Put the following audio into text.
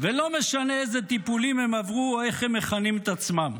ולא משנה איזה טיפולים הם עברו או איך הם מכנים את עצמם.